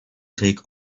take